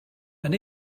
and